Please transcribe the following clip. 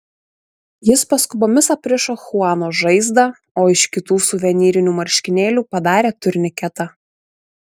jis paskubomis aprišo chuano žaizdą o iš kitų suvenyrinių marškinėlių padarė turniketą